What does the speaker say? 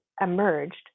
emerged